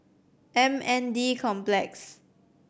M N D Complex